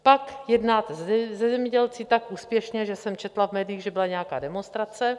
Pak jednáte se zemědělci tak úspěšně, že jsem četla v médiích, že byla nějaká demonstrace.